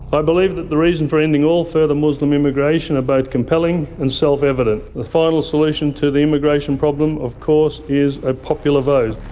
i believe that the reason for ending all further muslim immigration are both compelling and self-evident. the final solution to the immigration problem of course, is a popular vote.